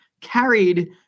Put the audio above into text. carried